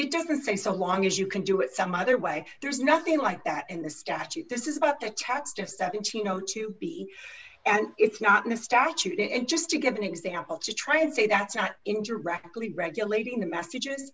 it doesn't say so long as you can do it some other way there's nothing like that in the statute this is about the tax just that it's you know to be and it's not in a statute and just to give an example to try and say that's not in directly regulating the messages